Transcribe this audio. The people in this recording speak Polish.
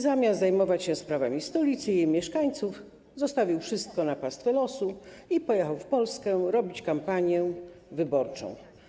Zamiast zajmować się sprawami stolicy i jej mieszkańców, zostawił wszystko na pastwę losu i pojechał w Polskę robić kampanię wyborczą.